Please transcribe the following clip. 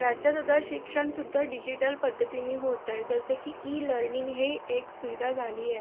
राज्यात आता शिक्षणसुद्धा डिजिटल पद्धतीनी होत आहे जसं की ई लर्निंग हे एक सुविधा झाली आहे